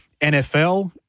NFL